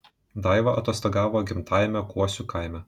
daiva atostogavo gimtajame kuosių kaime